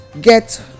get